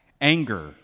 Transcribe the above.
Anger